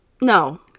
No